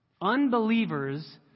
Unbelievers